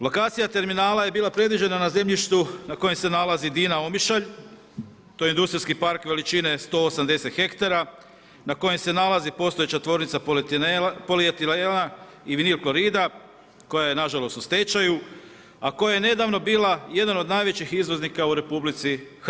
Lokacija terminala je bila predviđena na zemljištu na kojem se nalazi Dina Omišalj, to je industrijski par veličine 180 ha na kojem se nalazi postojeća tvornica polietilena i vinilklorida koja je nažalost u stečaju a koja je nedavno bila jedan od najvećih izvoznika u RH.